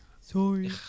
Sorry